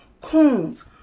Coons